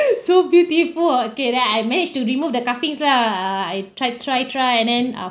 so beautiful ah okay then I managed to remove the cuffings lah ah I try try try and then ah